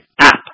app